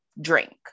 drink